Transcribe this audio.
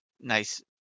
nice